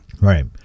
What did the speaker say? Right